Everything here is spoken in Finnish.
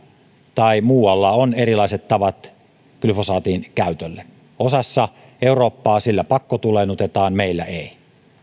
tai muualla on erilaiset tavat glyfosaatin käytölle osassa eurooppaa sillä pakkotuleennutetaan meillä ei